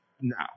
now